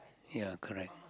ya correct